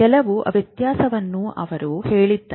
ಕೆಲವು ವ್ಯತ್ಯಾಸವನ್ನು ಅವರು ಹೇಳಿದ್ದಾರೆ